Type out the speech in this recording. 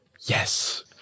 yes